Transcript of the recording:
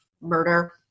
murder